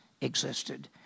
existed